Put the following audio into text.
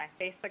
Facebook